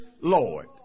Lord